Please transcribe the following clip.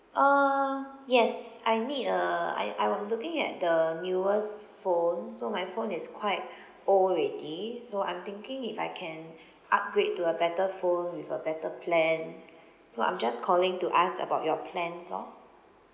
uh yes I need a I I was looking at the newest phone so my phone is quite old already so I'm thinking if I can upgrade to a better phone with a better plan so I'm just calling to ask about your plans lor